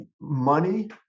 money